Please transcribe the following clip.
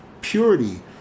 Purity